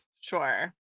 Sure